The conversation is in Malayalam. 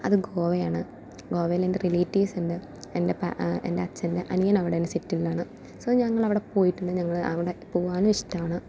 അത് ഗോവയാണ് ഗോവയിലെൻ്റെ റിലേറ്റീവ്സ് ഉണ്ട് എൻ്റെ പ എൻ്റെ അച്ഛൻ്റെ അനിയൻ അവിടെയാണ് സെറ്റിൽഡാണ് സോ ഞങ്ങളവിടെ പോയിട്ടുണ്ട് ഞങ്ങൾ അവിടെ പോകാനും ഇഷ്ട്മാണ്